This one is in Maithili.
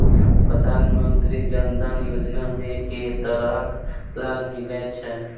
प्रधानमंत्री जनधन योजना मे केँ तरहक लाभ मिलय छै?